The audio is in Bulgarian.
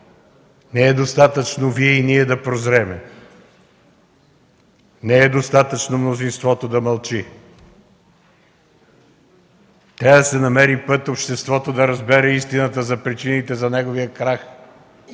не е достатъчно Вие и ние да прозрем, не е достатъчно мнозинството да мълчи! Трябва да се намери път обществото да намери истината за причините за неговия крах.